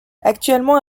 actuellement